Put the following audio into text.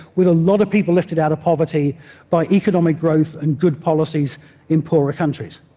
with a lot of people lifted out of poverty by economic growth and good policies in poorer countries.